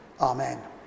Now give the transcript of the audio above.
Amen